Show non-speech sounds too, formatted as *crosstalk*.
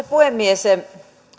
*unintelligible* puhemies